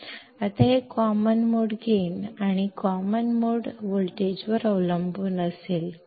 ಈಗ ಅದು common mode gain ಮತ್ತು ಕಾಮನ್ ಮೋಡ್ ವೋಲ್ಟೇಜ್ ಅನ್ನು ಅವಲಂಬಿಸಿರುತ್ತದೆ